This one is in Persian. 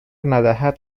ندهد